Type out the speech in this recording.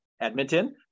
edmonton